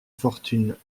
fortune